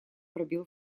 пробел